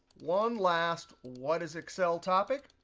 one last what is excel topic.